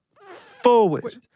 Forward